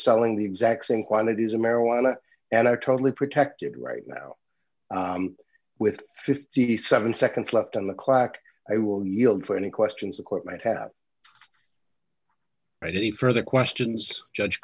selling the exact same quantities of marijuana and are totally protected right now with fifty seven seconds left on the clock i will yield for any questions equipment have i did a further questions judge